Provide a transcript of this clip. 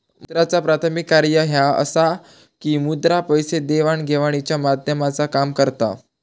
मुद्राचा प्राथमिक कार्य ह्या असा की मुद्रा पैसे देवाण घेवाणीच्या माध्यमाचा काम करता